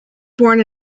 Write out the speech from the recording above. born